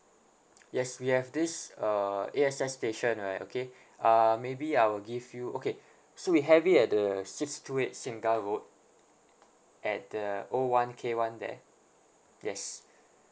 yes we have this uh A_X_S station right okay uh maybe I will give you okay so we have it at the situate singa road at the O one K one there yes